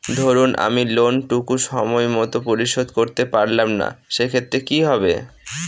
ধরুন আমি লোন টুকু সময় মত পরিশোধ করতে পারলাম না সেক্ষেত্রে কি হবে?